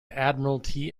admiralty